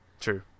true